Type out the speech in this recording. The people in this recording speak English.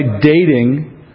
dating